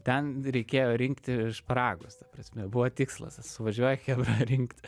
ten reikėjo rinkti šparagus ta prasme buvo tikslas suvažiuoja chebra rinkt